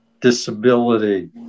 disability